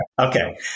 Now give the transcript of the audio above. Okay